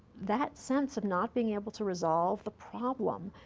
that sense of not being able to resolve the problem,